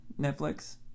Netflix